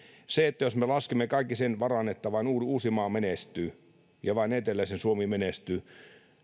jos me laskemme kaiken sen varaan että vain uusimaa menestyy ja vain eteläinen suomi menestyy